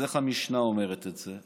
אז איך המשנה אומרת את זה?